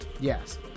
Yes